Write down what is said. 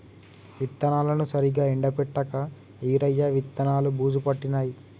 విత్తనాలను సరిగా ఎండపెట్టక ఈరయ్య విత్తనాలు బూజు పట్టినాయి